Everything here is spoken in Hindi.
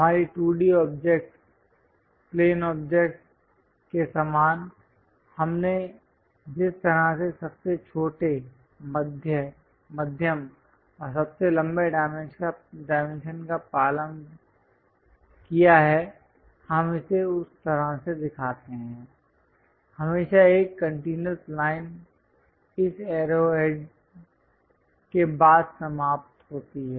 हमारी 2D ऑब्जेक्ट्स प्लेन ऑब्जेक्ट्स के समान हमने जिस तरह से सबसे छोटे मध्यम और सबसे लंबे डायमेंशन का पालन किया है हम इसे उस तरह से दिखाते हैं हमेशा एक कंटीन्यूअस लाइन इस एरोहेडस् के बाद समाप्त होती है